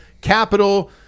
capital